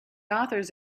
authors